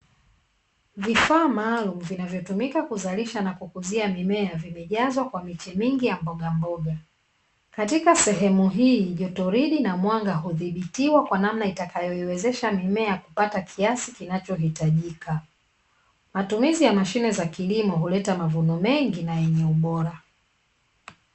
Vifaa maalumu vinavyotumika kuzalisha na kukuzia mimea vimejazwa kwa miche mingi ya mbogamboga. Katika sehemu hii jotolidi na mwanga hudhibitiwa kwa namna itakayoiwezesha mimea kupata kiasi kinachohitajika. Matumizi ya mashine za kilimo huleta mavuno mengi na yenye ubora.